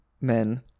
men